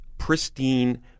pristine